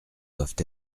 doivent